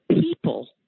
People